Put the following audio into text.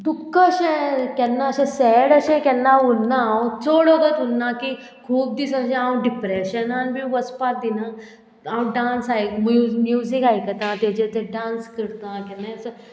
दुख्ख अशें केन्ना अशें सॅड अशें केन्ना उरना हांव चोड ओगोद उरना की खूब दीस अशें हांव डिप्रेशनान बी वचपाक दिना हांव डांस आयक म्युजीक आयकता तेजेर तें डांस करता केन्नाय